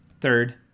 Third